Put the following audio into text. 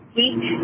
week